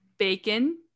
Bacon